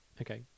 Okay